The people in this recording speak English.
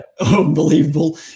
unbelievable